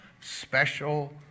special